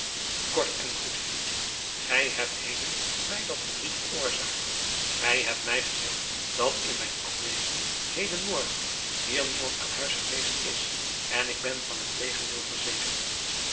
kort en goed hilletje gij hebt heden mij dat verdriet veroorzaakt gij adriaan loosjes pzn het leven van hillegonda buisman hebt mij gezegd dat in mijn afwezen heden morgen hier niemand aan huis geweest is en ik ben van het tegendeel verzekerd